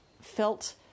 felt